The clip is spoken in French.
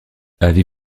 avez